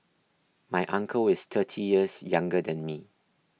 my uncle is thirty years younger than me